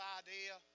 idea